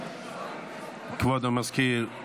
כבוד המזכיר,